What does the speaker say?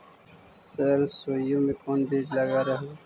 सरसोई मे कोन बीज लग रहेउ?